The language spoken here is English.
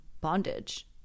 bondage